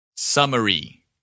Summary